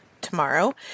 tomorrow